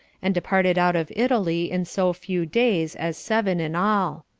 and departed out of italy in so few days as seven in all.